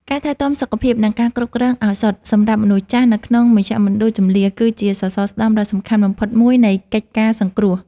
ការថែទាំសុខភាព និងការគ្រប់គ្រងឱសថសម្រាប់មនុស្សចាស់នៅក្នុងមជ្ឈមណ្ឌលជម្លៀស គឺជាសសរស្តម្ភដ៏សំខាន់បំផុតមួយនៃកិច្ចការសង្គ្រោះ។